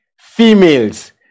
females